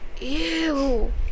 ew